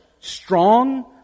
strong